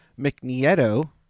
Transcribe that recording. Mcnieto